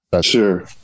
sure